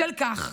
בשל כך,